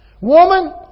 Woman